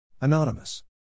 Anonymous